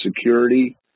security